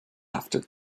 after